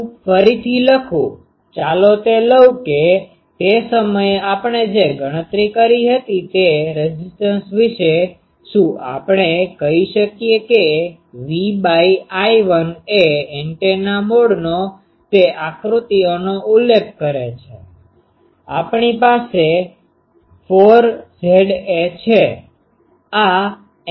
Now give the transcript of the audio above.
હું ફરીથી લખું ચાલો તે લવ કે તે સમયે આપણે જે ગણતરી કરી હતી તે રેઝીસ્ટન્સ વિશે શું આપણે કહી શકીએ કે V I1 એ એન્ટેના મોડનો તે આકૃતિઓનો ઉલ્લેખ કરે છે આપણી પાસે 4 Za છે